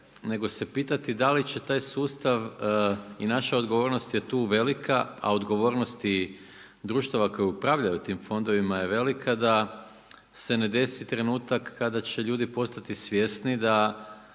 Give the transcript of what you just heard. nego se pitati da li će taj sustav i naša odgovornost je tu velika a odgovornosti društava koje upravljaju tim fondovima je velika da se ne desi trenutak kada će ljudi postati svjesni da